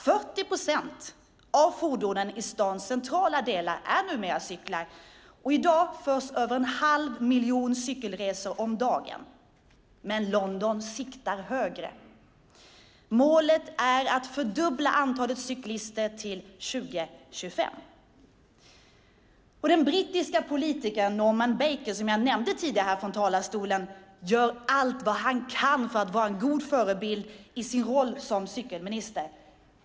40 procent av fordonen i stadens centrala delar är numera cyklar, och i dag görs över en halv miljon cykelresor om dagen. Men London siktar högre. Målet är att fördubbla antalet cyklister till år 2025. Den brittiske politikern Norman Baker, som jag nyss nämnt, gör allt han kan för att vara en god förebild i sin roll som cykelminister.